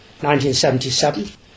1977